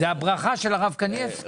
אלא הברכה של הרב קנייבסקי.